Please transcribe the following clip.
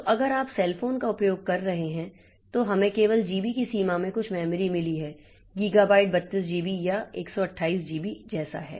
तो अगर आप सेल फोन का उपयोग कर रहे हैं तो हमें केवल जीबी की सीमा में कुछ मेमोरी मिली है गीगाबाइट 32 जीबी या 128 जीबी ऐसा है